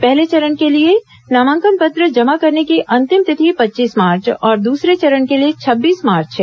पहले चरण के लिए नामांकन पत्र जमा करने की अंतिम तिथि पच्चीस मार्च और दूसरे चरण के लिए छब्बीस मार्च है